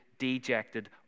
dejected